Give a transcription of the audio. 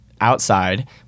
outside